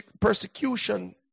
Persecution